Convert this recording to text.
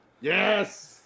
Yes